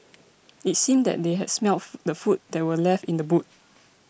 it seemed that they had smelt the food that were left in the boot